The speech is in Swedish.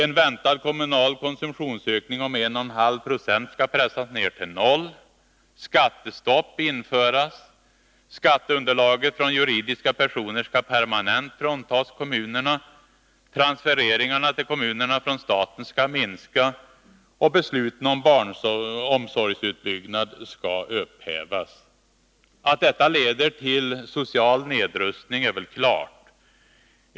En väntad kommunal konsumtionsökning om 1,5 96 skall pressas ner till 0, skattestopp införas, skatteunderlaget från juridiska personer skall permanent fråntas kommunerna, transfereringarna till kommunerna från staten skall minska och besluten om barnomsorgsutbyggnad skall upphävas. Att detta leder till social nedrustning är klart.